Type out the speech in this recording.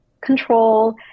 control